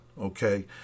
okay